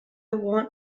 want